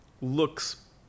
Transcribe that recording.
Looks